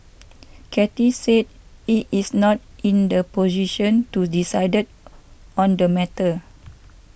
Cathay said it is not in the position to decided on the matter